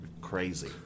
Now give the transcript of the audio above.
crazy